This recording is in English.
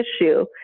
issue